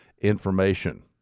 information